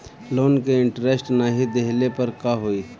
Loan के interest नाही देहले पर का होई?